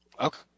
Okay